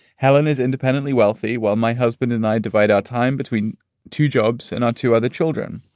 helen is independently wealthy, while my husband and i divide our time between two jobs and our two other children.